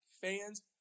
fans